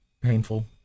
painful